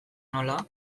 nola